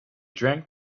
drank